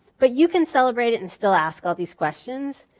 but you can celebrate it and still ask all these questions.